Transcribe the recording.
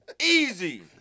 easy